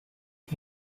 the